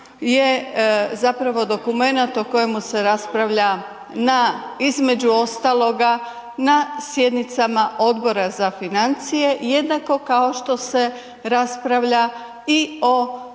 je zapravo dokumenat o kojemu se raspravlja na između ostaloga na sjednicama Odbora za financije i jednako kao što se raspravlja i o